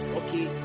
okay